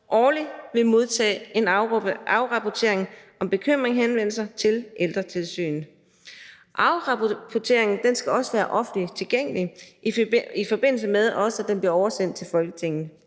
årligt vil modtage en afrapportering om bekymringshenvendelser til Ældretilsynet. Afrapporteringen skal også være offentligt tilgængelig, i forbindelse med at den bliver oversendt til Folketinget.